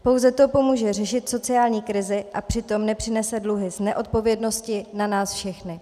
Pouze to pomůže řešit sociální krizi a přitom nepřenese dluhy z neodpovědnosti na nás všechny.